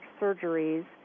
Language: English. surgeries